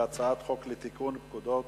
להצעת חוק לתיקון פקודת